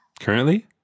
currently